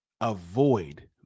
avoid